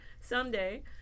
someday